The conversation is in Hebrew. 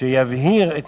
שיבהיר את